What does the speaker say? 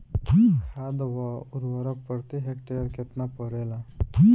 खाध व उर्वरक प्रति हेक्टेयर केतना पड़ेला?